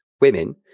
women